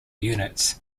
units